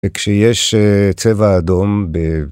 ‫וכשיש צבע אדום ב...